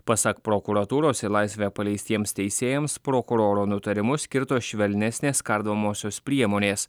pasak prokuratūros į laisvę paleistiems teisėjams prokuroro nutarimu skirtos švelnesnės kardomosios priemonės